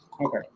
Okay